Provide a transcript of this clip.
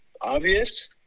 obvious